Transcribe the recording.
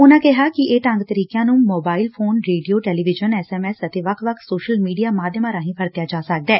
ਉਨਾਂ ਕਿਹਾ ਕਿ ਇਨਾਂ ਢੰਗ ਤਰੀਕਿਆਂ ਨੰ mobile phone radio television M S M ਅਤੇ ਵੱਖ ਵੱਖ ਸੋਸ਼ਲ ਮੀਡੀਆ ਮਾਧਿਅਮਾਂ ਰਾਹੀਂ ਵਰਤਿਆ ਜਾ ਸਕਦੈ